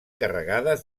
carregades